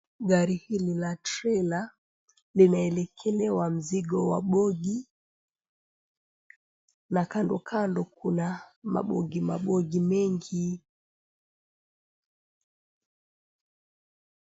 Gari hili la trela limeekelewa mzigo wa bogi na kandokando kuna mabogomabogi mengi.